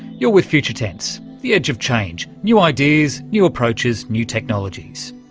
you're with future tense, the edge of change, new ideas, new approaches, new technologies.